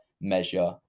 measure